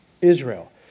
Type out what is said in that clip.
Israel